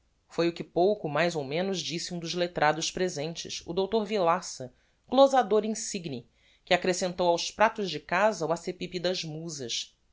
foi o que pouco mais ou menos disse um dos lettrados presentes o dr villaça glosador insigne que accrescentou aos pratos de casa o acepipe das musas